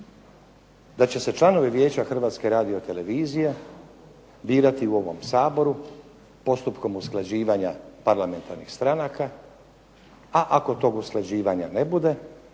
da će se članovi vijeća Hrvatske radio-televizije birati u ovom Saboru postupkom usklađivanja parlamentarnih stranaka a ako tog usklađivanja ne bude